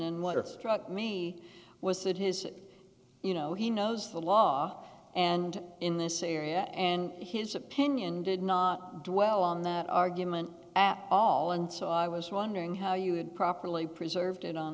and water truck me was that his you know he knows the law and in this area and his opinion did not dwell on that argument at all and so i was wondering how you could properly preserved